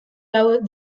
lau